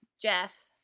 Jeff